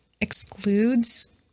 excludes